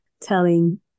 telling